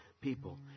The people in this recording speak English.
people